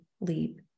leap